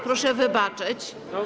Proszę wybaczyć.